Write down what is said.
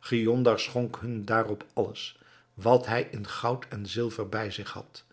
giondar schonk hun daarop alles wat hij in goud en zilver bij zich had